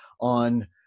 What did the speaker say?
on